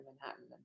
Manhattan